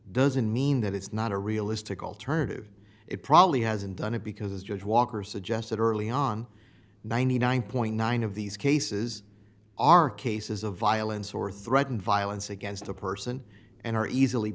doesn't mean that it's not a realistic alternative it probably hasn't done it because as judge walker suggested early on ninety nine point nine of these cases are cases of violence or threatened violence against a person and are easily